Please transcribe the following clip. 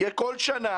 כל שנה,